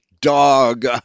dog